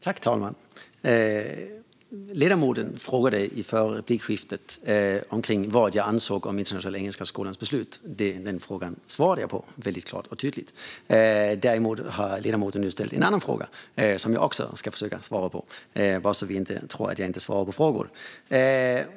Fru talman! Ledamoten frågade i det förra replikskiftet vad jag ansåg om Internationella Engelska Skolans beslut. Den frågan svarade jag på väldigt klart och tydligt. Däremot har ledamoten nu ställt en annan fråga som jag också ska försöka svara på, så att ingen tror att jag inte svarar på frågor.